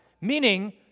meaning